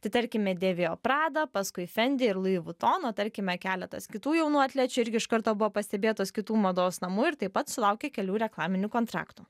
tai tarkime dėvėjo pradą paskui fendi ir louis vuitton o tarkime keletas kitų jaunų atlečių irgi iš karto buvo pastebėtos kitų mados namų ir taip pat sulaukė kelių reklaminių kontraktų